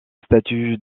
statut